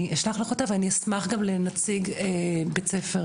אני אשלח לך אותה ואני אשמח גם לנציג בית ספר